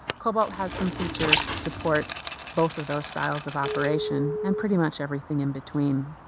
cobalt has some features to support both of those styles of operation, and pretty much everything in between.